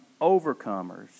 overcomers